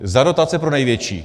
Za dotace pro největší.